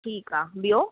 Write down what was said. ठीकु आहे ॿियो